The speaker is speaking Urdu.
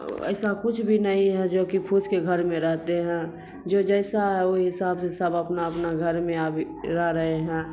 ایسا کچھ بھی نہیں ہے جو کہ پھوس کے گھر میں رہتے ہیں جو جیسا ہے وہی حساب سے سب اپنا اپنا گھر میں ابھی رہ رہے ہیں